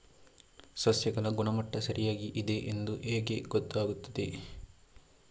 ಸಸ್ಯಗಳ ಗುಣಮಟ್ಟ ಸರಿಯಾಗಿ ಇದೆ ಎಂದು ಹೇಗೆ ಗೊತ್ತು ಆಗುತ್ತದೆ?